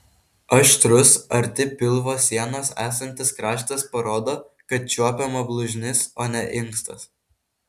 aštrus arti pilvo sienos esantis kraštas parodo kad čiuopiama blužnis o ne inkstas